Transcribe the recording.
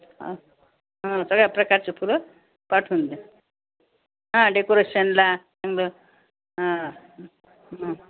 आ सगळ्या प्रकारचे फुलं पाठवून द्या हा डेकोरेशनला समजा हा